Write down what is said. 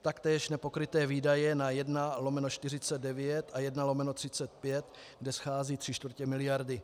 Taktéž nepokryté výdaje na 1/49 a 1/35, kde schází tři čtvrtě miliardy.